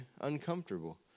uncomfortable